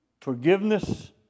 Forgiveness